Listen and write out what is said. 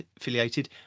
affiliated